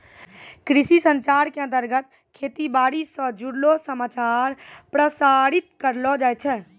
कृषि संचार के अंतर्गत खेती बाड़ी स जुड़लो समाचार प्रसारित करलो जाय छै